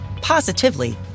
positively